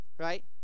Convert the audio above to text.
Right